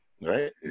right